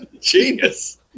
Genius